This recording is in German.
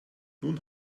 nun